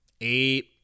eight